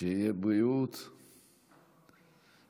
שתהיה בריאות ולאט-לאט.